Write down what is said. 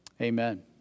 Amen